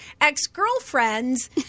ex-girlfriends